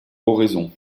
oraison